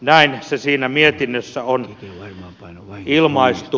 näin se siinä mietinnössä on ilmaistu